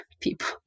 people